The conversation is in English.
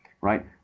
Right